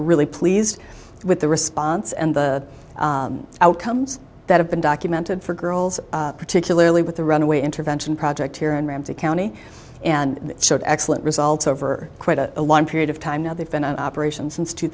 really pleased with the response and the outcomes that have been documented for girls particularly with the runaway intervention project here in ramsey county and showed excellent results over quite a period of time now they've been an operation since two